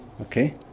Okay